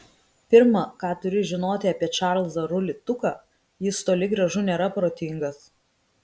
pirma ką turi žinoti apie čarlzą rulį tuką jis toli gražu nėra protingas